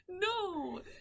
No